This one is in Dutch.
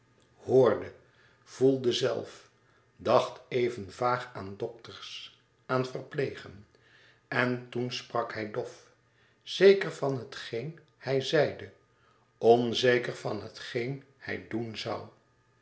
hoorde voelde zelf dacht even vaag aan dokters aan verplegen en toen sprak hij dof zeker van hetgeen hij zeide onzeker van hetgeen hij doen zoû